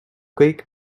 kõik